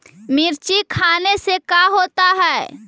मिर्ची खाने से का होता है?